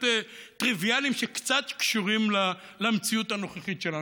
טריוויאליים שקצת קשורים למציאות הנוכחית שלנו,